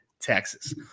Texas